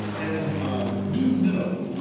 and newton minow,